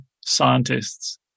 scientists